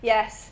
Yes